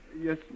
Yes